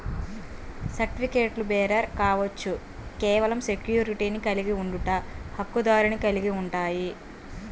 సర్టిఫికెట్లుబేరర్ కావచ్చు, కేవలం సెక్యూరిటీని కలిగి ఉండట, హక్కుదారుని కలిగి ఉంటాయి,